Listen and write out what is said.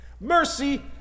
Mercy